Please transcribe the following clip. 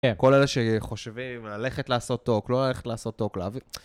כן, כל אלה שחושבים ללכת לעשות טוק, לא ללכת לעשות טוק